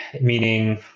meaning